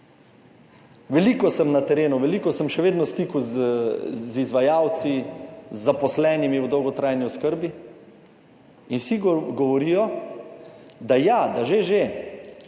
Veliko sem na terenu, veliko sem še vedno v stiku z izvajalci, zaposlenimi v dolgotrajni oskrbi in vsi govorijo, da ja, da že že